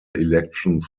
elections